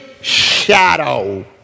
shadow